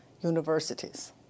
universities